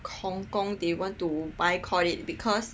Hong Kong they want to boycott it because